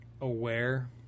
aware